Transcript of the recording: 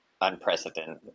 unprecedented